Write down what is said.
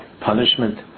punishment